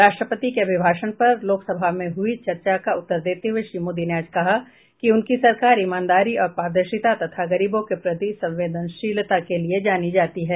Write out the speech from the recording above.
राष्ट्रपति के अभिभाषण पर लोकसभा में हुई चर्चा का उत्तर देते हुए श्री मोदी ने आज कहा कि उनकी सरकार ईमानदारी और पारदर्शिता तथा गरीबों के प्रति संवेदनशीलता के लिए जानी जाती है